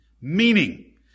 Meaning